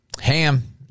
Ham